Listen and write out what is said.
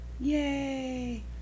yay